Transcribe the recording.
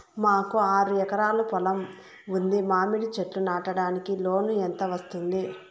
మాకు ఆరు ఎకరాలు పొలం ఉంది, మామిడి చెట్లు నాటడానికి లోను ఎంత వస్తుంది?